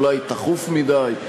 אולי תכוף מדי,